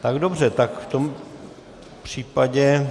Tak dobře, tak v tom případě...